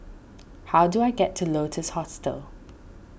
how do I get to Lotus Hostel